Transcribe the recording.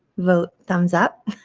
vote thumbs up.